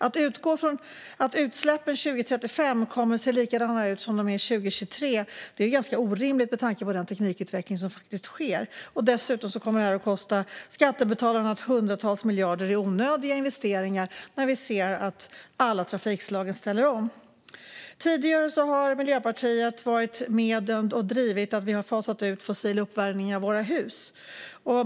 Att utgå från att utsläppen 2035 kommer att se likadana ut som 2023 är orimligt med tanke på den teknikutveckling som sker. Dessutom kommer det här att kosta skattebetalarna hundratals miljarder i onödiga investeringar när vi ser att alla trafikslag ställer om. Tidigare har Miljöpartiet varit med och drivit utfasning av fossil uppvärmning av våra hus.